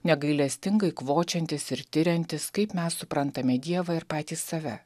negailestingai kvočiantis ir tiriantis kaip mes suprantame dievą ir patys save